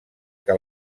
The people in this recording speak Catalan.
que